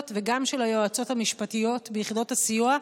וגם של היועצות המשפטיות ביחידות הסיוע.